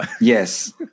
Yes